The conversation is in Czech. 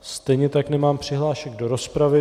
Stejně tak nemám přihlášek do rozpravy.